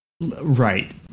right